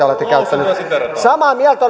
olette käyttäneet samaa mieltä